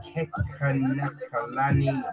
Kekanakalani